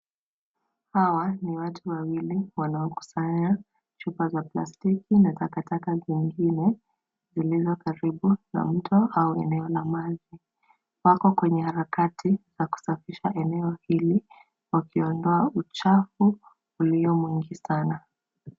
Hawa ni watu wawili wanaokusanya chupa za plastiki na takataka zingine zilizo karibu na mto au eneo la maji. Wako kwenye harakati za kusafisha eneo hili wakiondoa uchafu ulio mwingi sana.